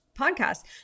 podcast